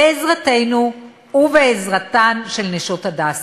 בעזרתנו ובעזרתן של "נשות הדסה".